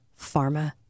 pharma